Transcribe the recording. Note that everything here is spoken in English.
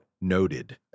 noted